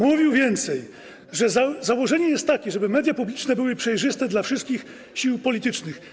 Mówił więcej, że założenie jest takie, żeby media publiczne były przejrzyste dla wszystkich sił politycznych.